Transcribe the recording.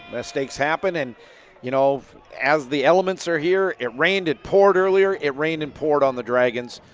mistakes happen and you know as the elements are here, it rained, it poured earlier. it rained and poured on the dragons